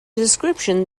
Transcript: description